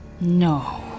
No